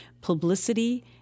publicity